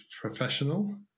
professional